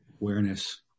awareness